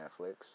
Netflix